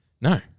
No